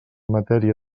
matèria